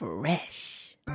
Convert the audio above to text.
Fresh